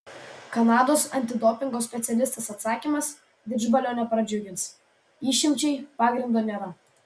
kanados antidopingo specialistės atsakymas didžbalio nepradžiugins išimčiai pagrindo nėra